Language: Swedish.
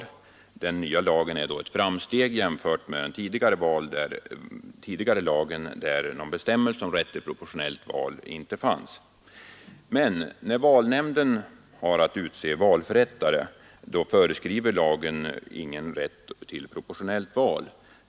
I det fallet är den nya lagen ett framsteg jämfört med den tidigare, där någon bestämmelse om rätt till proportionellt val inte fanns. Men när valnämnden har att utse valförrättare föreskriver lagen ingen rätt till proportionellt val.